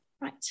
Right